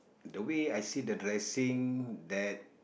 the way I see the dressing that